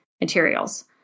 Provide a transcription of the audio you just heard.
materials